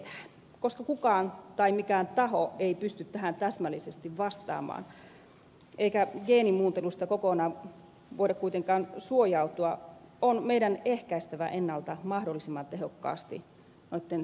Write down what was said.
koska kukaan tai mikään taho ei pysty tähän täsmällisesti vastaamaan eikä geenimuuntelusta kokonaan voida kuitenkaan suojautua on meidän ehkäistävä ennalta mahdollisimman tehokkaasti noitten riskien toteutuminen